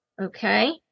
Okay